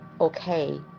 Okay